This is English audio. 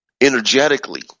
Energetically